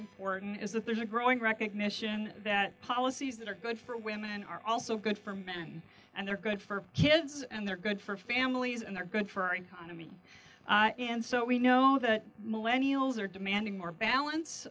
important is that there's a growing recognition that policies that are good for women are also good for men and they're good for kids and they're good for families and they're good for our economy and so we know the millennial zur demanding more